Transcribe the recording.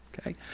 okay